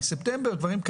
על ספטמבר,